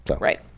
Right